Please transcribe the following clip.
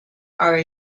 are